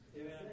Amen